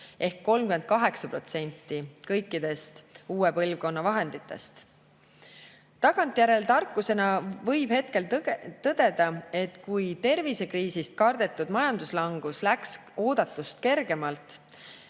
ehk 38% kõikidest uue põlvkonna vahenditest. Tagantjärele tarkusena võib hetkel tõdeda, et tervisekriisist kardetud majanduslangus läks oodatust kergemalt,